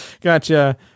Gotcha